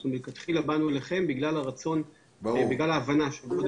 מלכתחילה באנו אליכם בגלל ההבנה של גודל